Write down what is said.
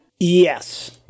Yes